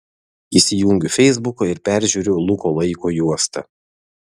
įsijungiu feisbuką ir peržiūriu luko laiko juostą